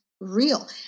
real